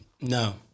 No